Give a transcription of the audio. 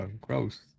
Gross